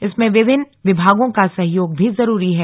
इसमें विभिन्न विभागों का सहयोग भी जरूरी है